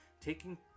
taking